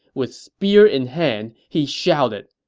with spear in hand, he shouted,